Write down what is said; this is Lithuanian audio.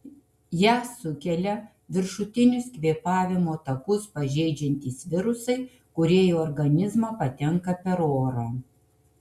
ją sukelia viršutinius kvėpavimo takus pažeidžiantys virusai kurie į organizmą patenka per orą